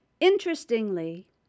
Interestingly